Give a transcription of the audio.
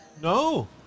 No